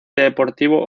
deportivo